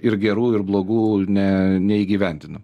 ir gerų ir blogų ne neįgyvendinam